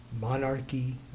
monarchy